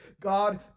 God